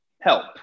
help